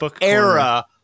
era